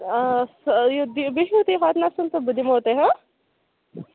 آ یہِ بِہِو تُہۍ ہوٹلَسَن تہٕ بہٕ دِمو تۄہہِ ہَہ